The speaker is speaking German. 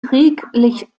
krieg